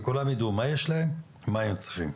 שכולם יידעו מה יש להם ומה הם צריכים.